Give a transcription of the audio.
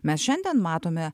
mes šiandien matome